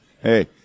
Hey